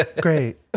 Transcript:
great